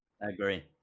agree